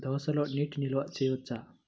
దోసలో నీటి నిల్వ చేయవచ్చా?